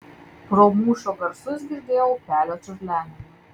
pro mūšio garsus girdėjau upelio čiurlenimą